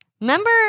Remember